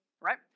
right